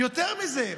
יותר מזה,